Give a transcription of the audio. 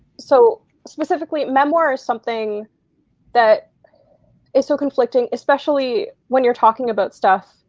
so specifically, memoir is something that is so conflicting, especially when you're talking about stuff,